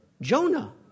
Jonah